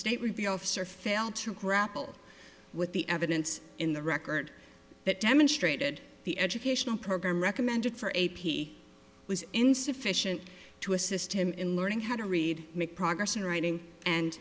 be officer failed to grapple with the evidence in the record that demonstrated the educational program recommended for a p was insufficient to assist him in learning how to read make progress in writing and